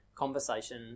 conversation